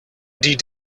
die